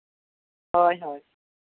ᱦᱳᱭ ᱦᱳᱭ